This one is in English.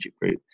group